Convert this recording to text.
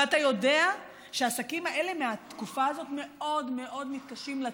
ואתה יודעים שהעסקים האלה מהתקופה הזאת מאוד מאוד מתקשים לצאת.